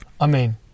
Amen